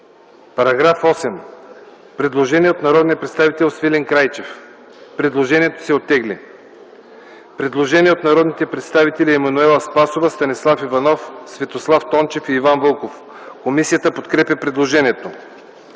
По § 8 има предложение от народния представител Свилен Крайчев. Предложението се оттегли. Предложение от народните представители Емануела Спасова, Станислав Иванов, Светослав Тончев и Иван Вълков. Комисията подкрепя предложението.